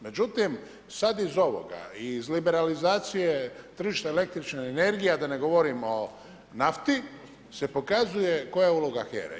Međutim, sad iz ovoga i iz liberalizacije tržišta električne energije, a da ne govorim o nafti se pokazuje koja je uloga HERA-e.